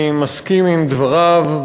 אני מסכים עם דבריו.